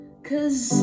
cause